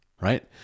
right